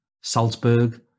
Salzburg